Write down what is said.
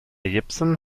jepsen